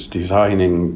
designing